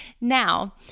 Now